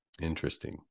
Interesting